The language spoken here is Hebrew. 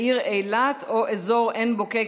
העיר אילת או אזור עין בוקק,